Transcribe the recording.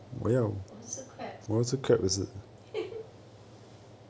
我要吃 crab